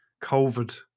COVID